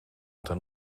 ten